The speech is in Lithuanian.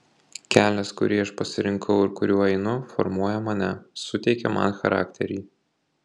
kelias kurį aš pasirinkau ir kuriuo einu formuoja mane suteikia man charakterį